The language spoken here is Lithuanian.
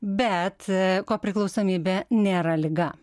bet kopriklausomybė nėra liga